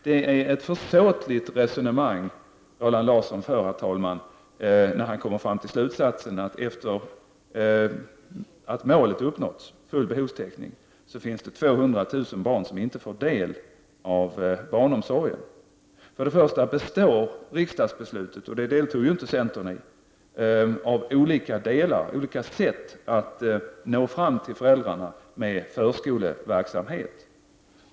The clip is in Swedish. Det är ett försåtligt resonemang som Roland Larsson för, herr talman, när han kommer fram till slutsatsen att det kommer att finnas 200 000 barn som inte får del av barnomsorgen efter det att målet full behovstäckning har uppnåtts. För det första består riksdagsbeslutet — det deltog centern inte i — av olika delar som gällde olika sätt att nå fram till föräldrarna med förskoleverksamhet.